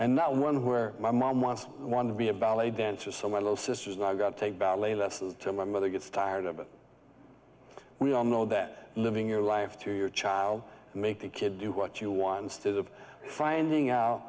and not one where my mom wants one to be a ballet dancer so my little sisters and i got to take ballet lessons so my mother gets tired of it we all know that living your life to your child and make the kid do what you once did of finding out